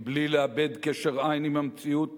מבלי לאבד קשר עין עם המציאות,